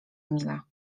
emila